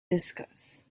discuss